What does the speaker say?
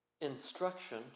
instruction